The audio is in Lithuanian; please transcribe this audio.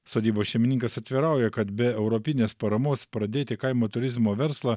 sodybos šeimininkas atvirauja kad be europinės paramos pradėti kaimo turizmo verslą